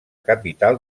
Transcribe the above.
capital